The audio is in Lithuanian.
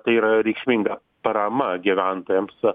tai yra reikšminga parama gyventojams